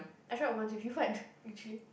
I tried once with you Fad literally